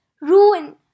ruin